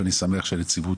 אני שמח שהנציבות,